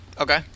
Okay